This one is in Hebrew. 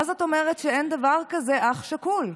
מה זאת אומרת שאין דבר כזה אח שכול?